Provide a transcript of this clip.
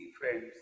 Friends